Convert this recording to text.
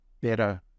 better